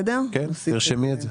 כן, תרשמי את זה.